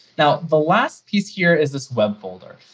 now, the last piece here is this web folder.